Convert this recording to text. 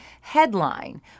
headline